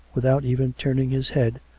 without even turning his head,